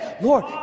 Lord